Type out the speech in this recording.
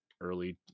early